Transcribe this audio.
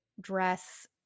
dress